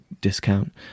discount